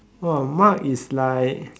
!wah! Mark is like